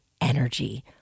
energy